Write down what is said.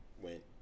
went